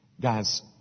guys